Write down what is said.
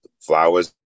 flowers